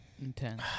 Intense